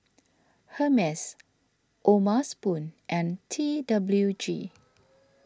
Hermes O'ma Spoon and T W G